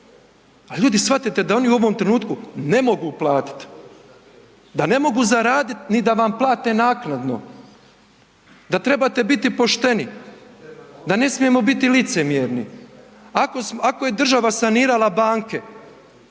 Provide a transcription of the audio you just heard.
A ljudi shvatite da oni u ovom trenutku ne mogu platit, da ne mogu zaradit ni da vam plate naknadno, da trebate biti pošteni, da ne smijemo biti licemjerni. Ako je država sanirala banke